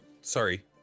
sorry